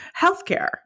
healthcare